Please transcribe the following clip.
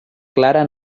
clara